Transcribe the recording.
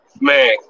Man